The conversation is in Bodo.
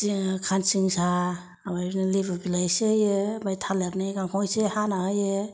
खानसिंसा ओमफ्राय बिदिनो लिबु बिलाइ एसे होयो ओमफ्राय थालिरनि गांखं एसे हाना होयो